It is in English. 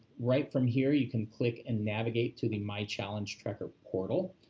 right from here, you can click and navigate to the my challenge tracker portal,